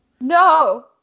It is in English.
No